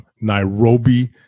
Nairobi